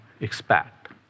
expect